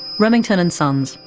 remington and sons,